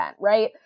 right